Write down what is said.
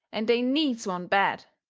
and they needs one bad,